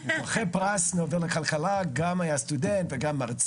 זוכה פרס נובל לכלכלה גם היה סטודנט וגם מרצה.